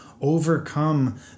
overcome